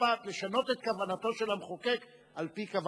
בית-המשפט לשנות את כוונתו של המחוקק על-פי כוונותיו.